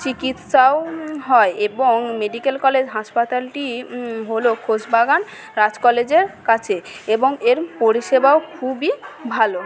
চিকিৎসাও হয় এবং মেডিকেল কলেজ হাসপাতালটি হলো খোশবাগান রাজ কলেজের কাছে এবং এর পরিষেবাও খুবই ভালো